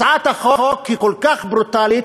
הצעת החוק היא כל כך ברוטלית,